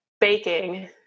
baking